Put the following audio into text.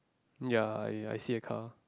ya I I see a car